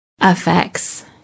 affects